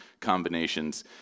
combinations